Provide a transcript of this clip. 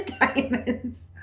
diamonds